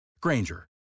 Granger